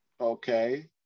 okay